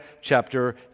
chapter